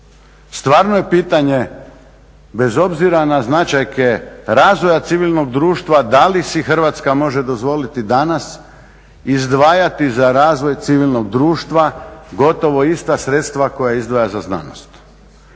Stvarno je pitanje bez obzira na značajke razvoja civilnog društva da li si Hrvatska može dozvoliti danas izdvajati za razvoj civilnog društva gotovo ista sredstva koja izdvaja za znanost,